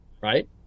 right